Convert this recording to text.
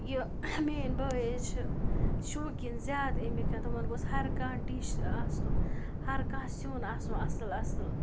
یہِ میٲنۍ بٲے حظ چھِ شوقیٖن زیادٕ امِکن تِمَن گوٚژھ ہر کانٛہہ ڈِش آسُن ہَر کانٛہہ سیُن آسُن اَصٕل اَصٕل